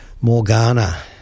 Morgana